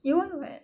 year one [what]